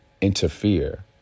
interfere